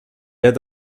aide